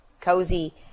cozy